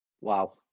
Wow